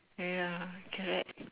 ya correct